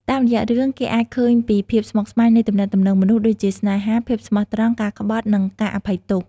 តាមរយៈរឿង គេអាចឃើញពីភាពស្មុគស្មាញនៃទំនាក់ទំនងមនុស្ស ដូចជាស្នេហា ភាពស្មោះត្រង់ ការក្បត់ និងការអភ័យទោស។